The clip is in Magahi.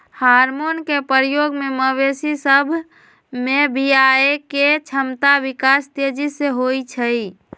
हार्मोन के प्रयोग से मवेशी सभ में बियायके क्षमता विकास तेजी से होइ छइ